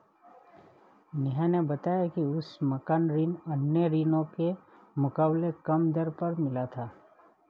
नेहा ने बताया कि उसे मकान ऋण अन्य ऋणों के मुकाबले कम दर पर मिला था